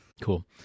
Cool